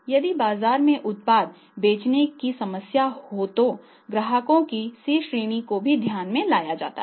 यदि बाजार में उत्पाद बेचने की समस्या हो तो ग्राहकों की C श्रेणी को ध्यान में लाया जाता है